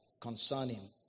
concerning